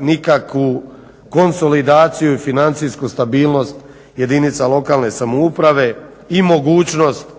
nikakvu konsolidaciju i financijsku stabilnost jedinica lokalne samouprave i mogućnosti